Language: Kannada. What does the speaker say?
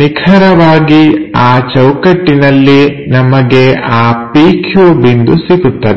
ನಿಖರವಾಗಿ ಆ ಚೌಕಟ್ಟಿನಲ್ಲಿ ನಮಗೆ ಆ PQ ಬಿಂದು ಸಿಗುತ್ತದೆ